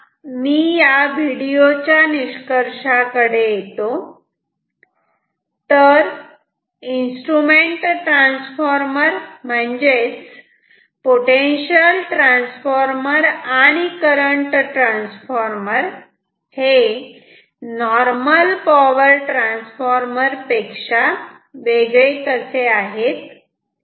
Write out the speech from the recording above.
आता मी या व्हिडिओ च्या निष्कर्षा कडे येतो तर इन्स्ट्रुमेंट ट्रान्सफॉर्मर म्हणजे पोटेन्शियल ट्रांसफार्मर आणि करंट ट्रांसफार्मर हे नॉर्मल पॉवर ट्रान्सफॉर्मर पेक्षा वेगळे कसे आहेत